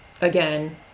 Again